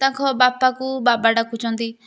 ତାଙ୍କ ବାପାକୁ ବାବା ଡ଼ାକୁଛନ୍ତି